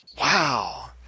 Wow